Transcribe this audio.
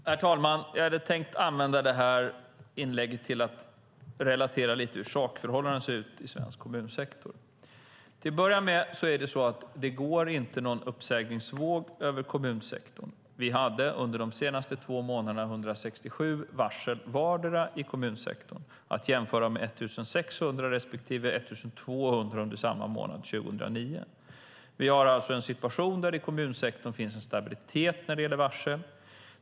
Herr talman! Jag hade tänkt använda det här inlägget till att relatera lite till hur sakförhållandena ser ut i svensk kommunsektor. Till att börja med går det inte någon uppsägningsvåg över kommunsektorn. Vi hade under de senaste två månaderna 167 varsel, vardera, i kommunsektorn, att jämföra med 1 600 respektive 1 200 under samma månader 2009. Vi har alltså en situation där det i kommunsektorn finns en stabilitet när det gäller varsel.